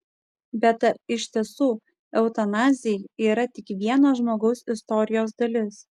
bet ar iš tiesų eutanazija yra tik vieno žmogaus istorijos dalis